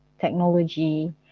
technology